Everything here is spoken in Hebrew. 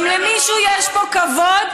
למה כזה